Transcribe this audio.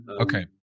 Okay